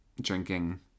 drinking